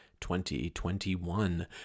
2021